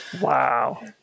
Wow